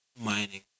mining